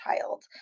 child